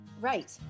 Right